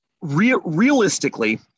Realistically